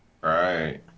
Right